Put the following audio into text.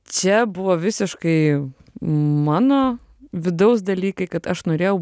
čia buvo visiškai mano vidaus dalykai kad aš norėjau